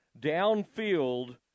downfield